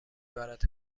برد